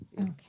Okay